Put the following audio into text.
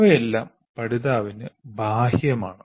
അവയെല്ലാം പഠിതാവിന് ബാഹ്യമാണ്